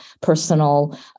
personal